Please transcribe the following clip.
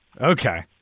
Okay